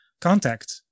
contact